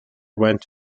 went